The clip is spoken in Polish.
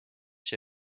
się